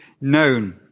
known